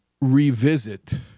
revisit